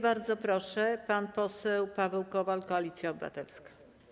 Bardzo proszę, pan poseł Paweł Kowal, Koalicja Obywatelska.